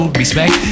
respect